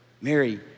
Mary